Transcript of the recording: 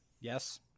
Yes